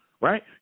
right